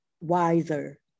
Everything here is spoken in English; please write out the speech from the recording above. wiser